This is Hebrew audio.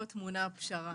פה טמונה הפשרה.